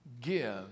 give